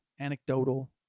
anecdotal